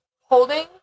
Holding